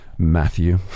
Matthew